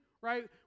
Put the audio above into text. right